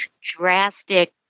drastic